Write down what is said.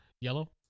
Yellow